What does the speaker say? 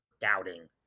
doubting